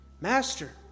Master